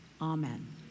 Amen